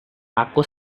aku